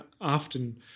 often